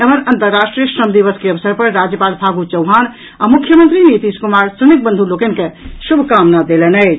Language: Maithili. एम्हर अंतर्राष्ट्रीय श्रमदिवस के अवसर पर राज्यपाल फागू चौहान आ मुख्यमंत्री नीतीश कुमार श्रमिक बंधु लोकनि के शुभकामना देलनि अछि